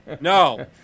No